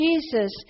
Jesus